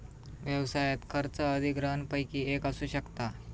व्यवसायात खर्च अधिग्रहणपैकी एक असू शकता